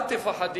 אל תפחדי